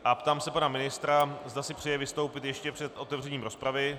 Ptám se pana ministra, zda si přeje vystoupit ještě před otevřením rozpravy.